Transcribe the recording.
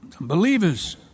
Believers